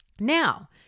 Now